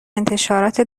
انتشارات